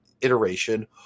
Iteration